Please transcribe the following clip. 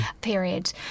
period